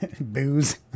Booze